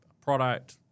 product